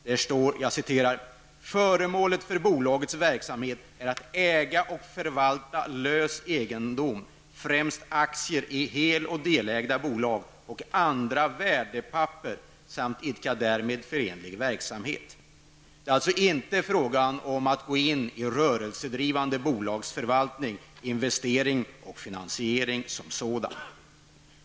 Där står: ”Föremålet för bolagets verksamhet är att äga och förvalta lös egendom främst aktier i hel och delägda bolag och andra värdepapper samt därmed förenlig verksamhet.” Det är alltså inte fråga om rörelsedrivande bolagsförvaltning, investeringar och finansieringen som sådan.